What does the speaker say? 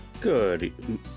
Good